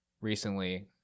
recently